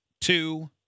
two